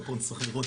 ופה צריך לראות,